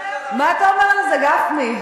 מה אתה אומר על זה, גפני?